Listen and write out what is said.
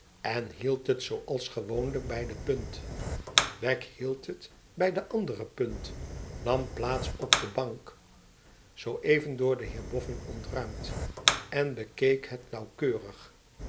en hield het zooals gewoonlijk bij de punt wegg hield bet bij de andere punt nam plaats op de bank zoo even door den heer boffin ontruimd en bekeek het nauwkeurig